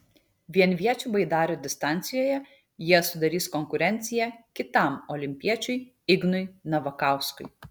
vienviečių baidarių distancijoje jie sudarys konkurenciją kitam olimpiečiui ignui navakauskui